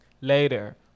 later